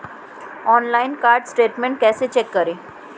Online card statement कैसे check करें?